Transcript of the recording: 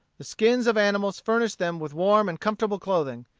the skins of animals furnished them with warm and comfortable clothing,